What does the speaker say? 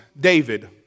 David